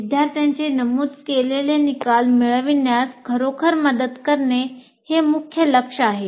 विद्यार्थ्यांचे नमूद केलेले निकाल मिळविण्यास खरोखर मदत करणे हे मुख्य लक्ष्य आहे